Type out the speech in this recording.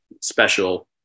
special